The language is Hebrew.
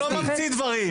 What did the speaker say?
הוא לא ממציא דברים.